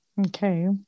Okay